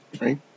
right